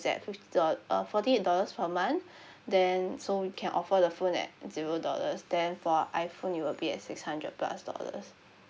at fifty doll~ uh forty eight dollars per month then so we can offer the phone at zero dollars then for iphone it will be at six hundred plus dollars